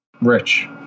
Rich